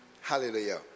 Hallelujah